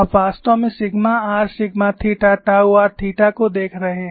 आप वास्तव में sigma r sigma theta tau r theta को देख रहे हैं